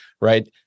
right